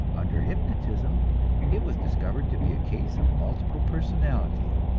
under hypnotism it was discovered to be a case of multiple personality.